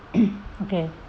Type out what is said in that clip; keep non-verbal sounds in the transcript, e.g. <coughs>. <coughs> okay